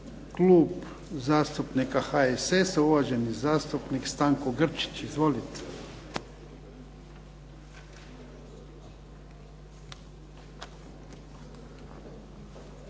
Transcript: Klub zastupnika HSS-a uvaženi zastupnik Stanko Grčić. Izvolite.